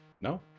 No